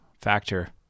factor